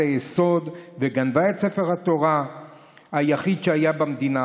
היסוד וגנבה את ספר התורה היחיד שהיה במדינה.